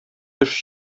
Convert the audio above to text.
төш